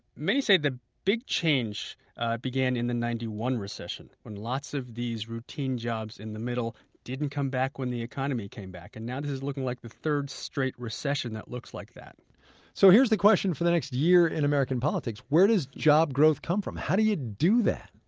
many say the big change began in the zero nine one recession, when lots of these routine jobs in the middle didn't come back when the economy came back. and now this is looking like the third straight recession that looks like that so here's the question for the next year in american politics where does job growth come from? how do you do that?